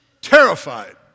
terrified